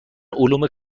علوم